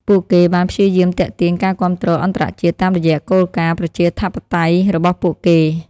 ពួកគេបានព្យាយាមទាក់ទាញការគាំទ្រអន្តរជាតិតាមរយៈគោលការណ៍ប្រជាធិបតេយ្យរបស់ពួកគេ។